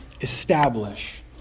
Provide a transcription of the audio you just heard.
establish